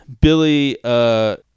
Billy